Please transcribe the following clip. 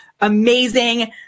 amazing